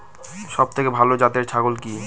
সবথেকে ভালো জাতের ছাগল কি?